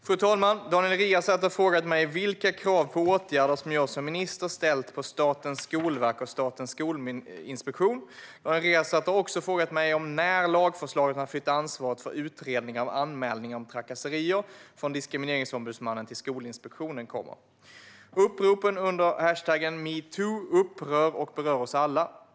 Fru talman! Daniel Riazat har frågat mig vilka krav på åtgärder jag som minister har ställt på Statens skolverk och Statens skolinspektion. Daniel Riazat har också frågat mig om när lagförslaget om att flytta ansvaret för utredningar av anmälningar om trakasserier från Diskrimineringsombudsmannen till Skolinspektionen kommer. Uppropen under hashtaggen #metoo upprör och berör oss alla.